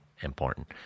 important